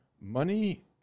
money